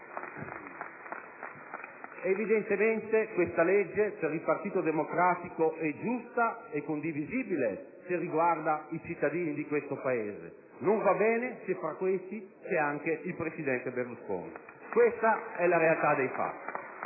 Evidentemente, questa legge per il Partito Democratico è giusta e condivisibile, se riguarda i cittadini di questo Paese; non va bene se fra questi c'è anche il presidente Berlusconi. *(Applausi dai